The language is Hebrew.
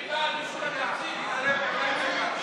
אז זה בסדר.